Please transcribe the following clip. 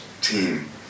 team